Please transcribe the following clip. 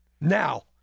Now